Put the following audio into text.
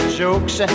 jokes